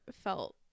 felt